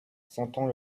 sentant